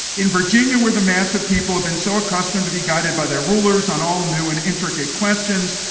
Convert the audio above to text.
in virginia where the mass of people have been so accustomed to be guided by their rulers on all new and intricate questions,